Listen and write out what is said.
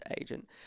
agent